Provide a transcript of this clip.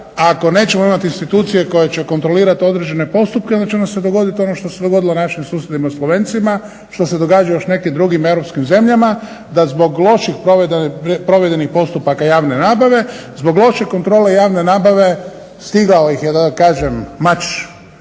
ako nećemo imati instituciju koja će kontrolirati određene postupke onda će nam se dogoditi ono što se dogodilo našim susjedima slovencima, što se događa još nekim drugim europskim zemljama da zbog loših provedenih postupaka javne nabave, zbog loše kontrole javne nabave stigao ih je, da tako kažem, mač